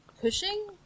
Pushing